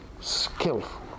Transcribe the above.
skillful